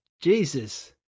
Jesus